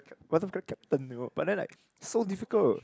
water polo captain you know but then like so difficult